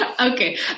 Okay